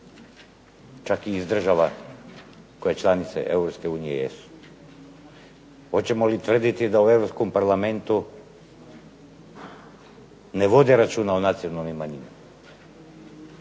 čak iz država koje članice Europske unije jesu. Hoćemo li tvrditi da u Europskom parlamentu ne vode računa o nacionalnim manjinama.